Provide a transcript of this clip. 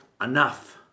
enough